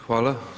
Hvala.